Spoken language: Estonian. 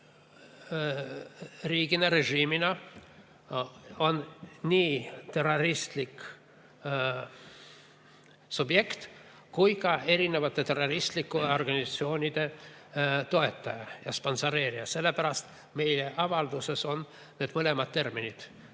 riigina, režiimina on nii terroristlik subjekt kui ka terroristlike organisatsioonide toetaja ja sponsoreerija. Sellepärast meie avalduses on need mõlemad terminid: